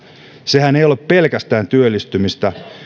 sehän ei ole pelkästään työllistymistä